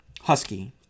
Husky